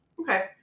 okay